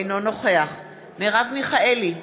אינו נוכח מרב מיכאלי,